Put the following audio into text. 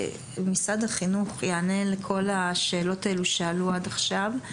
משרד החינוך יענה לכל השאלות האלו שעלו עד עכשיו.